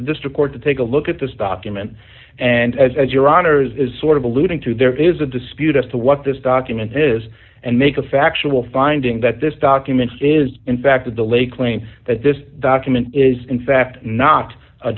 the district court to take a look at this document and as your honour's is sort of alluding to there is a dispute as to what this document is and make a factual finding that this document is in fact a delay claim that this document is in fact not a